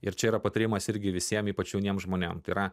ir čia yra patarimas irgi visiem ypač jauniems žmonėm tai yra